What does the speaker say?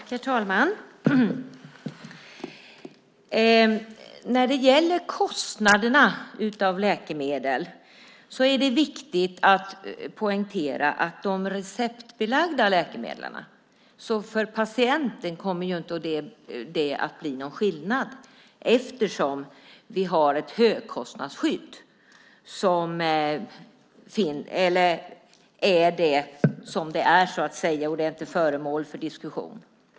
Herr talman! När det gäller kostnaderna för läkemedel är det viktigt att poängtera att det för patienten inte kommer att innebära någon skillnad beträffande de receptbelagda läkemedlen, eftersom vi har ett högkostnadsskydd. Det är som det är, och det är inte föremål för diskussion.